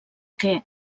què